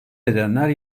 edenler